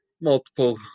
multiple